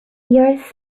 yours